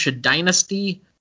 dynasty